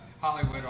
Hollywood